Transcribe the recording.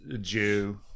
Jew